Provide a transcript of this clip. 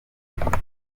gatandatu